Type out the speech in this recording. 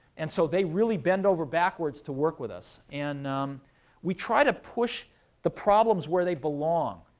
and so they really bend over backwards to work with us. and we try to push the problems where they belong.